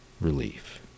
relief